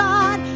God